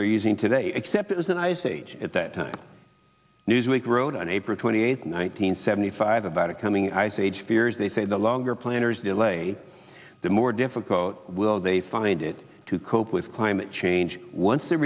they're using today except as an ice age at that time newsweek wrote on april twenty eighth one nine hundred seventy five about a coming ice age fears they say the longer planners delay the more difficult will they find it to cope with climate change once the